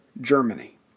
Germany